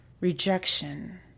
rejection